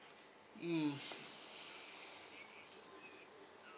mm